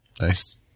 Nice